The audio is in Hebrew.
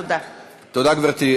תודה, גברתי.